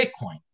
Bitcoin